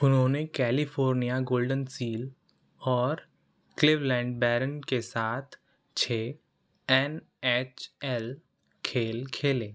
उन्होंने California golden seal और Cleveland Barons के साथ छह एन एच एल खेल खेले